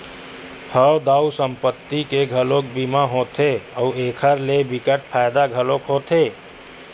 हव दाऊ संपत्ति के घलोक बीमा होथे अउ एखर ले बिकट फायदा घलोक होथे